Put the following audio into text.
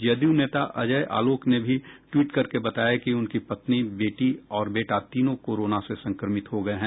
जदयू नेता अजय आलोक ने भी ट्वीट करके बताया कि उनकी पत्नी बेटी और बेटा तीनों कोरोना से संक्रमित हो गये हैं